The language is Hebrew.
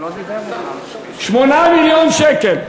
8 מיליון שקל.